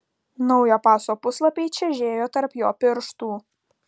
naujo paso puslapiai čežėjo tarp jo pirštų